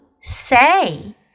say